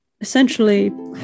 Essentially